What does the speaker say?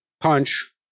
punch